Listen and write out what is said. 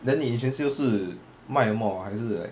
then 你以前 sales 是卖什么还是 like